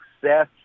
success